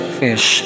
fish